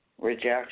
Rejection